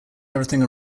everything